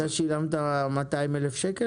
אתה שילמת 200,000 ₪?